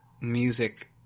music